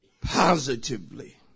positively